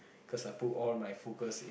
cause I put all my focus